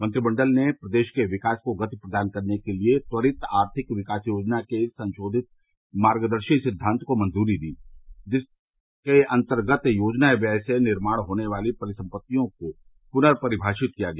मंत्रिमंडल ने प्रदेश के विकास को गति प्रदान करने के लिए त्वरित आर्थिक विकास योजना के संशोधित मार्गदर्शी सिद्वांत को मंजूरी दी जिसके अन्तर्गत योजना व्यय से निर्माण होने वाली परिसम्पत्तियों को पुर्न परिमाषित किया गया